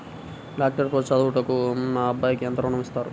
Doctor course చదువుటకు మా అబ్బాయికి ఎంత ఋణం ఇస్తారు?